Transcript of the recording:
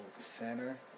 center